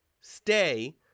stay